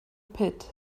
pit